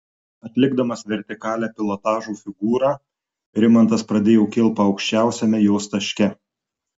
atlikdamas vertikalią pilotažo figūrą rimantas pradėjo kilpą aukščiausiame jos taške